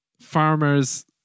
farmers